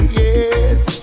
yes